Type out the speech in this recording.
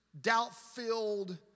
doubt-filled